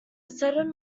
sudden